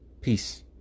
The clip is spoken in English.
Peace